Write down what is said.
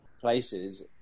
places